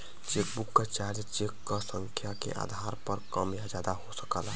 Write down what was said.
chequebook क charge cheque क संख्या के आधार पर कम या ज्यादा हो सकला